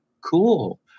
Cool